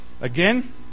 Again